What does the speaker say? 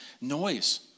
noise